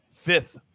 fifth